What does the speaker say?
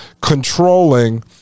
controlling